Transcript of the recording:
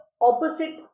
opposite